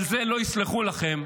על זה לא יסלחו לכם,